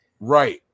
Right